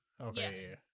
Okay